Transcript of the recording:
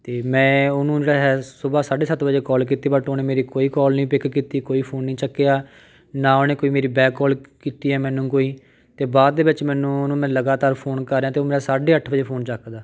ਅਤੇ ਮੈਂ ਉਹਨੂੰ ਜਿਹੜਾ ਹੈ ਸੁਬਹਾ ਸਾਢੇ ਸੱਤ ਵਜੇ ਕੋਲ ਕੀਤੀ ਬਟ ਉਹਨੇ ਮੇਰੀ ਕੋਈ ਕੋਲ ਨਹੀਂ ਪਿਕ ਕੀਤੀ ਕੋਈ ਫ਼ੋਨ ਨਹੀਂ ਚੱਕਿਆ ਨਾ ਉਹਨੇ ਕੋਈ ਮੇਰੀ ਬੈਕ ਕੋਲ ਕੀਤੀ ਹੈ ਮੈਨੂੰ ਕੋਈ ਅਤੇ ਬਾਅਦ ਦੇ ਵਿੱਚ ਮੈਨੂੰ ਉਹਨੂੰ ਮੈਂ ਲਗਾਤਾਰ ਫ਼ੋਨ ਕਰ ਰਿਹਾ ਅਤੇ ਉਹ ਮੇਰਾ ਸਾਢੇ ਅੱਠ ਵਜੇ ਫ਼ੋਨ ਚੱਕਦਾ